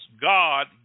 God